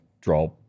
draw